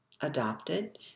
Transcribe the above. Adopted